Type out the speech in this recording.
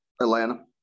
Atlanta